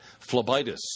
phlebitis